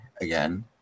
again